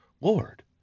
lord